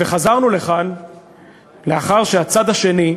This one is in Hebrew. וחזרנו לכאן לאחר שהצד השני,